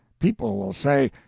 people will say,